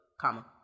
Comma